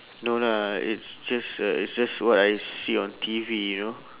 no lah it's just uh it's just what I see on T_V you know